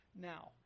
Now